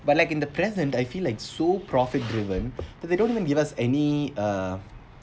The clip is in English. but like in the present I feel like so profit driven but they don't even give us any uh